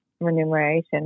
remuneration